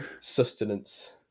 sustenance